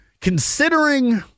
considering